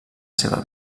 seva